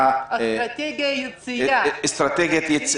מה היא אסטרטגיית היציאה?